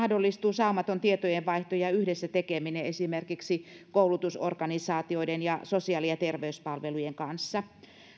mahdollistuu saumaton tietojenvaihto ja yhdessä tekeminen esimerkiksi koulutusorganisaatioiden ja sosiaali ja terveyspalvelujen kanssa